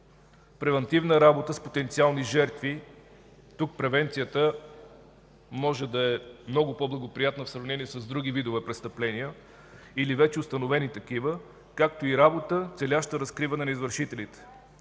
превантивна работа с потенциални жертви – тук превенцията може да е много по-благоприятна в сравнение с други видове престъпления или вече установени такива, както и работа, целяща разкриване на извършителите.